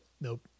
Nope